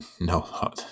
No